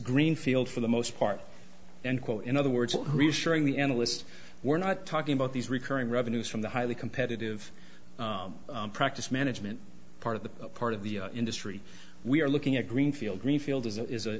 greenfield for the most part and call in other words reassuring the analyst we're not talking about these recurring revenues from the highly competitive practice management part of the part of the industry we are looking at greenfield